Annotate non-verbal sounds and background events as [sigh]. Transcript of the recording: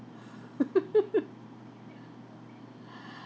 [laughs] [breath]